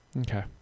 okay